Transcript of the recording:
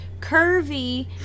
curvy